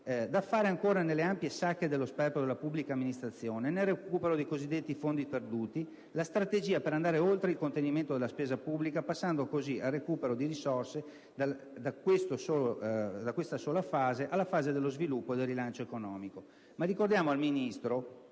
da fare nelle ancora ampie sacche di sperpero nella pubblica amministrazione e nel recupero dei cosiddetti fondi perduti la strategia per andare oltre il contenimento della spesa pubblica, passando così, con il recupero di risorse, alla fase dello sviluppo e del rilancio economico. Ma ricordiamo al Ministro